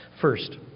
First